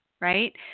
right